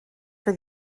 for